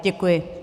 Děkuji.